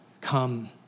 come